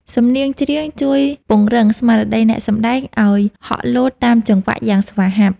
សំនៀងច្រៀងជួយពង្រឹងស្មារតីអ្នកសម្ដែងឱ្យហក់លោតតាមចង្វាក់យ៉ាងស្វាហាប់។